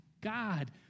God